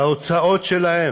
להוצאות שלהם.